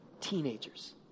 teenagers